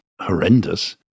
horrendous